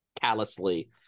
callously